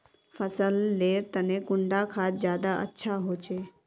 फसल लेर तने कुंडा खाद ज्यादा अच्छा होचे?